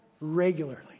regularly